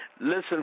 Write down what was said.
Listen